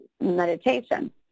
meditation